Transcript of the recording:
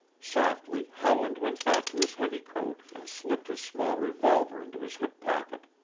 softly howland went back to his heavy coat and slipped his small revolver into his hip pocket.